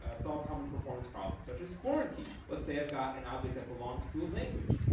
ah solve common performance problems, such as foreign keys. let's say i've got an object that belongs to a language.